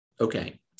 Okay